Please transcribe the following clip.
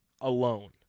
alone